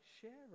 sharing